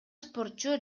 спортчу